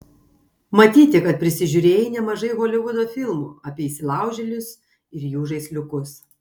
matyti kad prisižiūrėjai nemažai holivudo filmų apie įsilaužėlius ir jų žaisliukus